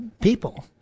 people